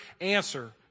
answer